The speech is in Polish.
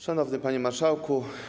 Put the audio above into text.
Szanowny Panie Marszałku!